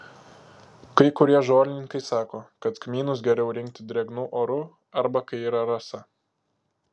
kai kurie žolininkai sako kad kmynus geriau rinkti drėgnu oru arba kai yra rasa